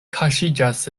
kaŝiĝas